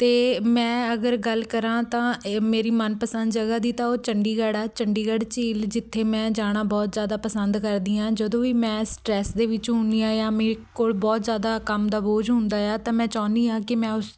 ਅਤੇ ਮੈਂ ਅਗਰ ਗੱਲ ਕਰਾਂ ਤਾਂ ਇਹ ਮੇਰੀ ਮਨਪਸੰਦ ਜਗ੍ਹਾ ਦੀ ਤਾਂ ਉਹ ਚੰਡੀਗੜ੍ਹ ਆ ਚੰਡੀਗੜ੍ਹ ਝੀਲ ਜਿੱਥੇ ਮੈਂ ਜਾਣਾ ਬਹੁਤ ਜ਼ਿਆਦਾ ਪਸੰਦ ਕਰਦੀ ਹਾਂ ਜਦੋਂ ਵੀ ਮੈਂ ਸਟਰੈੱਸ ਦੇ ਵਿੱਚ ਹੁੰਦੀ ਹਾਂ ਜਾਂ ਮੇਰੇ ਕੋਲ ਬਹੁਤ ਜ਼ਿਆਦਾ ਕੰਮ ਦਾ ਬੋਝ ਹੁੰਦਾ ਆ ਤਾਂ ਮੈਂ ਚਾਹੁੰਦੀ ਹਾਂ ਕਿ ਮੈਂ ਉਸ